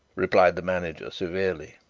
replied the manager severely,